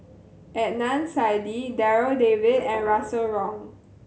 Adnan Saidi Darryl David and Russel Wong